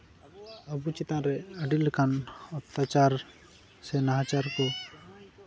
ᱟᱵᱚ ᱪᱮᱛᱟᱱ ᱨᱮ ᱟᱹᱰᱤ ᱞᱮᱠᱟᱱ ᱚᱛᱛᱟᱪᱟᱨ ᱥᱮ ᱱᱟᱦᱟᱪᱟᱨ ᱠᱚ